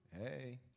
hey